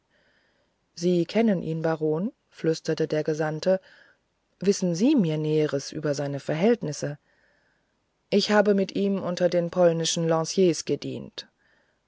sie kennen ihn baron flüsterte der gesandte wissen sie mir näheres über seine verhältnisse ich habe mit ihm unter den polnischen lanciers gedient